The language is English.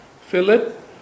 Philip